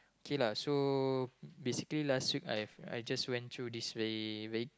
K lah so basically last week I I just went through this way way